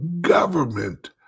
government